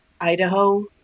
Idaho